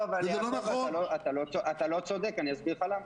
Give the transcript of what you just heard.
לא, אתה לא צודק, אני אסביר לך למה.